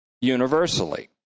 universally